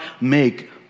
make